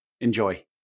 Enjoy